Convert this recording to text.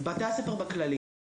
בתי הספר בכללי,